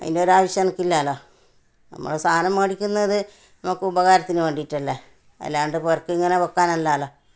അതിന്റെയൊരാവശ്യം അനക്കില്ലല്ലോ നമ്മൾ സാധനം മേടിക്കുന്നത് നമുക്കുപകാരത്തിന് വേണ്ടിയിട്ടല്ലേ അല്ലാണ്ട് വെർക്കിങ്ങനെ വയ്ക്കാനല്ലല്ലോ